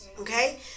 Okay